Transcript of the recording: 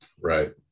Right